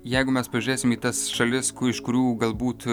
jeigu mes pažėsim į tas šalis iš kurių galbūt